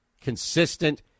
consistent